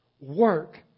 work